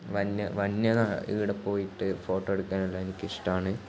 വന്യ വന്യ ഇവിടെ പോയിട്ട് ഫോട്ടോ എടുക്കാൻ എല്ലാം എനിക്കിഷ്ടമാണ്